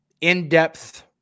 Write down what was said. in-depth